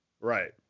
Right